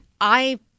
I-